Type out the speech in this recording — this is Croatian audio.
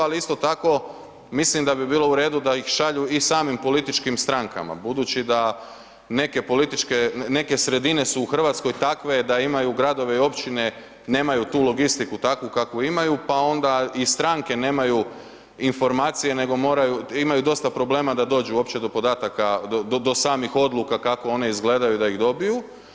Ali isto tako mislim da bi bilo u redu da ih šalju i samim političkim strankama budući da neke sredine su u Hrvatskoj takve da imaju gradove i općine nemaju tu logistiku takvu kakvu imaju, pa onda i stranke nemaju informacije nego imaju dosta problema da dođu uopće do podataka, da samih odluka kako one izgledaju da ih dobiju.